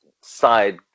side